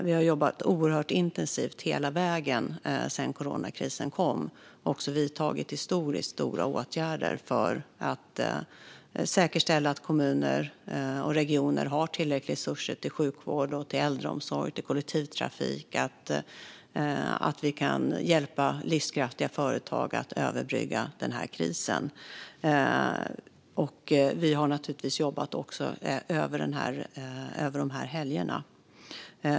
Vi har jobbat oerhört intensivt hela vägen sedan coronakrisen började och vidtagit historiskt stora åtgärder för att säkerställa att kommuner och regioner har tillräckliga resurser till sjukvård, äldreomsorg och kollektivtrafik och att vi kan hjälpa livskraftiga företag att överbrygga den här krisen. Vi har naturligtvis också jobbat över helgerna.